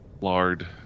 lard